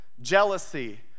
jealousy